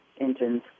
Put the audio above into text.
engines